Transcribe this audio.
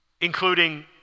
including